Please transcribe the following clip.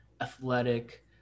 athletic